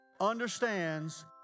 understands